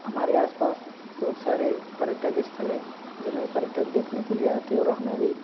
हमारे आसपास बहुत सारे पर्यटक स्थल हैं जिन्हें पर्यटक देखने के लिए आते हैं और हमारी